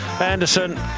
Anderson